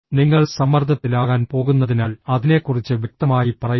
നിങ്ങൾ സമ്മർദ്ദത്തിലാകാൻ പോകുന്നതിനാൽ അതിനെക്കുറിച്ച് വ്യക്തമായി പറയുക